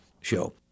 show